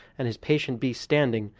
and his patient beast standing,